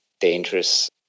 dangerous